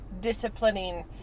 disciplining